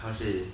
how to say